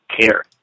care